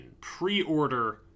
pre-order